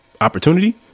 Opportunity